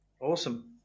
Awesome